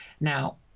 now